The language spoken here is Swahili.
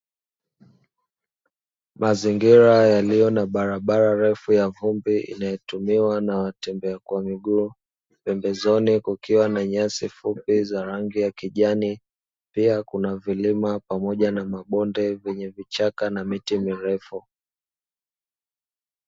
Mazingira yaliyo na barabara refu ya vumbi inayotumiwa na watembea kwa miguu, pembezoni kukiwa na nyasi fupi za rangi ya kijani pia kuna vilima pamoja na mabonde vyenye vichaka na miti mirefu.